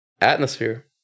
Atmosphere